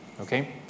okay